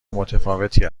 متفاوتی